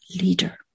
leader